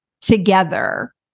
together